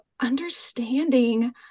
understanding